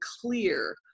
clear